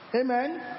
amen